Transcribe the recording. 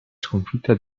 sconfitta